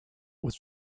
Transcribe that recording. was